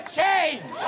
change